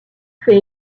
fait